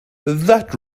that